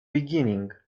beginning